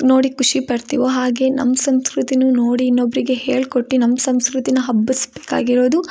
ನೋಡಿ ಖುಷಿ ಪಡ್ತೀವೋ ಹಾಗೆ ನಮ್ಮ ಸಂಸ್ಕೃತಿನು ನೋಡಿ ಇನ್ನೊಬ್ರಿಗೆ ಹೇಳ್ಕೊಟ್ಟು ನಮ್ಮ ಸಂಸ್ಕೃತಿನ ಹಬ್ಬಿಸಬೇಕಾಗಿರೋದು